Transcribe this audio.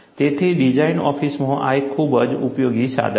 તેથી ડિઝાઇન ઓફિસમાં આ એક ખૂબ જ ઉપયોગી સાધન છે